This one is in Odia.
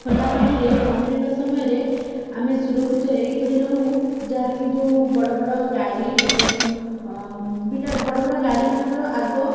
ଖୋଲା ପାଣିରେ ପହଁରିବା ସମୟରେ ଆମେ ସୁରକ୍ଷିତ ଏଇପରି ରହୁ ଯାହା କି ଯେଉଁ ବଡ଼ ବଡ଼ ଗାଡ଼ି ଏବଂ ବିରାଟ ବଡ଼ ବଡ଼ ଗାଡ଼ିମାନଙ୍କର ଆଗ